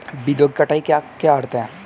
बीजों की कटाई का क्या अर्थ है?